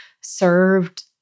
served